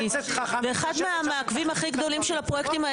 אחד מהמעכבים הכי גדולים של הפרויקט הזה